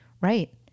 Right